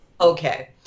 okay